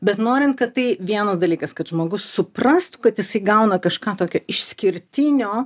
bet norint kad tai vienas dalykas kad žmogus suprastų kad jisai gauna kažką tokio išskirtinio